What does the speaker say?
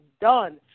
done